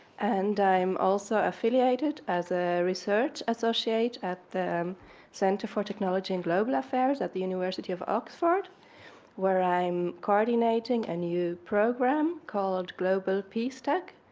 and i'm also affiliated as a research associate at the center for technology and global affairs at the university of oxford where i'm coordinating a new program called global peace tech,